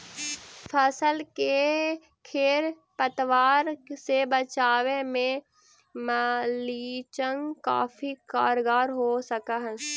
फसल के खेर पतवार से बचावे में मल्चिंग काफी कारगर हो सकऽ हई